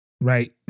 Right